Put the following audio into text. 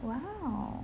!wow!